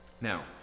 Now